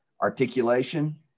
articulation